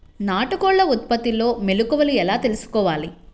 నాటుకోళ్ల ఉత్పత్తిలో మెలుకువలు ఎలా తెలుసుకోవాలి?